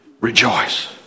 rejoice